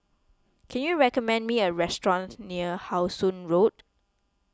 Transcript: can you recommend me a restaurant near How Sun Road